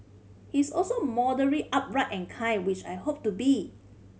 he's also morally upright and kind which I hope to be